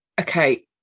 Okay